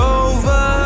over